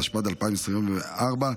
התשפ"ד 2024,